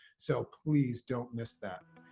so please don't miss that.